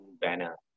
banner